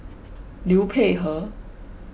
Liu Peihe